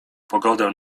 pogodę